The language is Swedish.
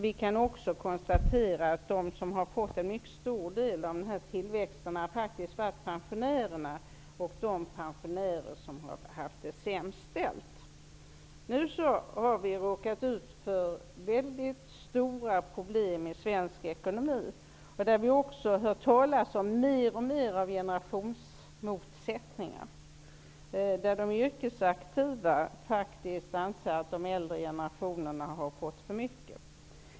Vidare kan vi konstatera att de som har fått en mycket stor del av den här tillväxten faktiskt har varit pensionärerna. Det gäller då de pensionärer som har haft det sämst ställt. Nu har vi råkat ut för väldigt stora problem i svensk ekonomi. Vi hör talas om mer och mer av generationsmotsättningar. De yrkesaktiva anser faktiskt att de äldre generationerna har fått för mycket.